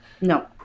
No